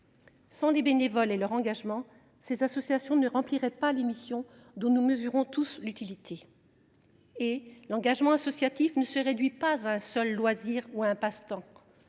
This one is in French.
Sans les bénévoles et leur engagement, ces associations ne rempliraient pas les missions dont nous mesurons tous l’utilité. L’engagement associatif ne se réduit pas à un simple loisir ou à un passe temps.